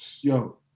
yo